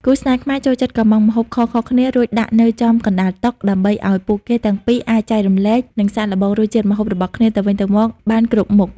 គូស្នេហ៍ខ្មែរចូលចិត្តកុម្ម៉ង់ម្ហូបខុសៗគ្នា រួចដាក់នៅចំកណ្ដាលតុ ដើម្បីឱ្យពួកគេទាំងពីរអាចចែករំលែក និងសាកល្បងរសជាតិម្ហូបរបស់គ្នាទៅវិញទៅមកបានគ្រប់មុខ។